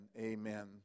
amen